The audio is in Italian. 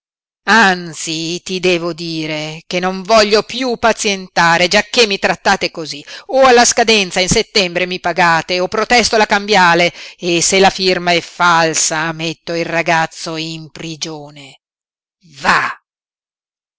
anzi ti devo dire che non voglio piú pazientare giacché mi trattate cosí o alla scadenza in settembre mi pagate o protesto la cambiale e se la firma è falsa metto il ragazzo in prigione va